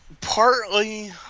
partly